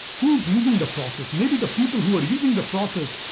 who's using the process? maybe the people who are using the process,